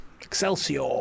Excelsior